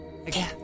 Okay